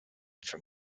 from